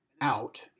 out